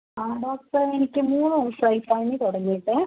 ആ ഡോക്ടറേ എനിക്ക് മൂന്ന് ദിവസമായി പനി തുടങ്ങിയിട്ട്